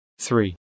three